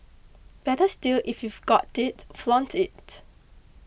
better still if we've got it flaunt it